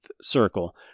circle